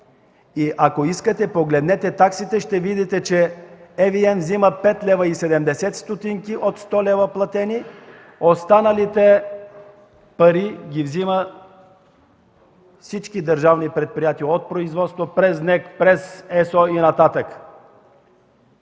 Ако искате, погледнете таксите и ще видите, че ЕVN взема 5,70 лв. от 100 лв. платени, останалите пари ги вземат всички държавни предприятия – от производството, през НЕК, през ЕСО и нататък.